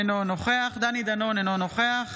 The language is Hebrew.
אינו נוכח דני דנון, אינו נוכח